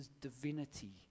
divinity